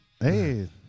Hey